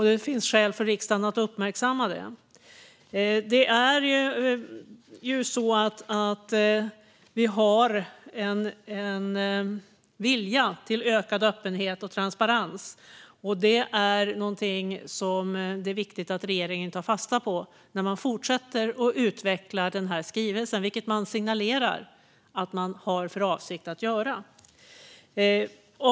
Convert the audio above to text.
Det finns skäl för riksdagen att uppmärksamma det. Vi har ju en vilja till ökad öppenhet och transparens. Det är något som det är viktigt att regeringen tar fasta på när man fortsätter utveckla den här skrivelsen, vilket man signalerar att man har för avsikt att göra.